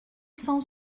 cent